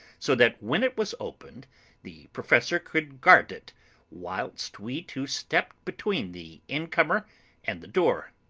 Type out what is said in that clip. so that when it was opened the professor could guard it whilst we two stepped between the incomer and the door.